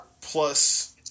Plus